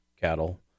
cattle